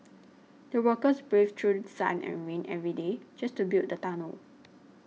the workers braved through sun and rain every day just to build the tunnel